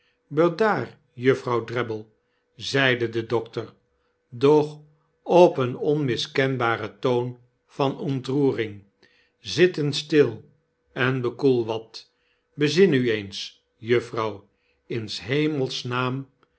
bedaar juffrouw drabble zeide de dokter doch op een onmiskenbaren toon van ontroering zit eens stil en bekoel wat bezin u eens juffrouw in